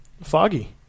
foggy